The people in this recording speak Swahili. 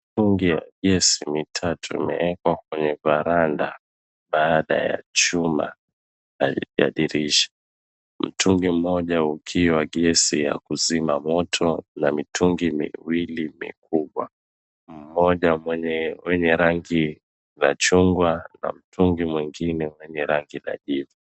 Mitungi ya gesi mitatu imeekwa kwenye varanda baada ya chuma cha dirisha, mtungi mmoja ukiwa wa gesi ya kuzima moto na mitungi miwili mikubwa, mmoja wenye rangi ya chungwa na mtungi mwingine wenye rangi ya kijivu.